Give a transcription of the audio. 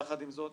יחד עם זאת